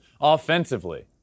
offensively